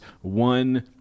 one